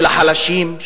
של החלשים,